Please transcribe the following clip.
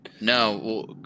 No